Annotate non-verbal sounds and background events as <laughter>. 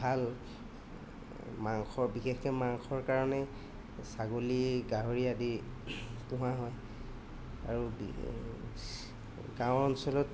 ভাল মাংস বিশেষকৈ মাংসৰ কাৰণে ছাগলী গাহৰি আদি পোহা হয় আৰু <unintelligible> গাঁও অঞ্চলত